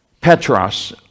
Petros